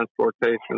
transportation